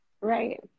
Right